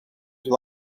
fel